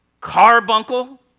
carbuncle